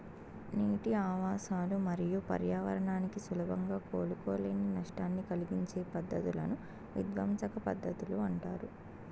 నీటి ఆవాసాలు మరియు పర్యావరణానికి సులభంగా కోలుకోలేని నష్టాన్ని కలిగించే పద్ధతులను విధ్వంసక పద్ధతులు అంటారు